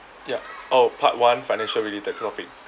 ya oh part one financial related topic